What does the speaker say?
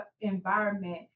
environment